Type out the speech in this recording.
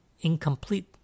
incomplete